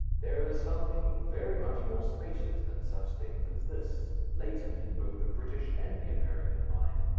there is something very much more spacious than such things as this, latent in both the british and the american mind,